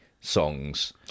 songs